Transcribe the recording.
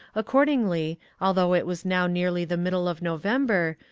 accordingly, although it was now nearly the middle of november,